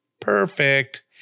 perfect